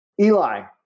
Eli